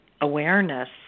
awareness